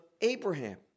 Abraham